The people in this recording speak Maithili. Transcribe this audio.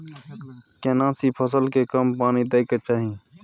केना सी फसल के कम पानी दैय के चाही?